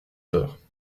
heures